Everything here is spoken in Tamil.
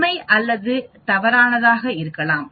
உண்மை அல்லது தவறானதாக இருக்கலாம்